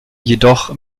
jedoch